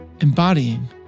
embodying